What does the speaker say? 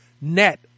net